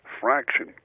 fraction